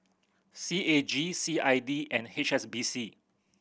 C A G C I D and H S B C